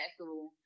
school